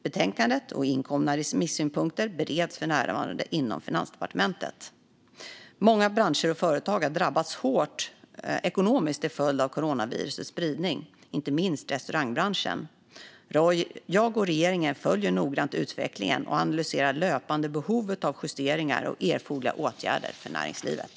Betänkandet - och inkomna remissynpunkter - bereds för närvarande inom Finansdepartementet. Många branscher och företagare har drabbats hårt ekonomiskt till följd av coronavirusets spridning, inte minst restaurangbranschen. Jag och regeringen följer noggrant utvecklingen och analyserar löpande behovet av justeringar och erforderliga åtgärder för näringslivet.